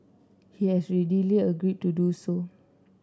he has readily agreed to do so